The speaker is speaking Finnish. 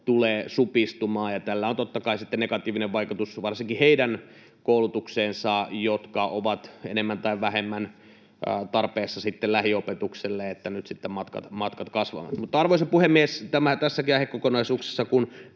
tulee supistumaan. Tällä on totta kai negatiivinen vaikutus varsinkin heidän koulutukseensa, jotka ovat enemmän tai vähemmän lähiopetuksen tarpeessa, että nyt sitten matkat kasvavat. Mutta, arvoisa puhemies, tässäkään aihekokonaisuudessa,